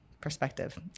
perspective